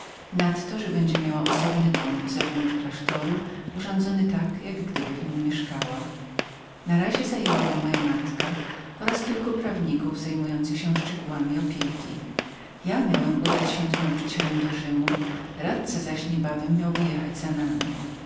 zamkniętemi nadto że będzie miała osobny dom zewnątrz klasztoru zbytkownie urządzony osadzony służbą zupełnie tak jak gdyby go zamieszkiwała osobne pokoje przeznaczone były dla mojej matki która wkrótce się do nich przeniosła i dla kilku prawników zajmujących się szczegółami opieki ja tymczasem miałem udać się z nauczycielem do rzymu radca zaś niebawem miał wyjechać za nami